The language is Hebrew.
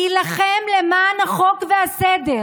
ולהילחם למען החוק והסדר.